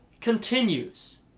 continues